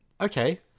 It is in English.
Okay